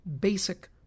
basic